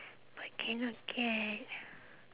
but cannot get